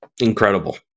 Incredible